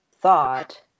thought